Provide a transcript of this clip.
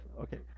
Okay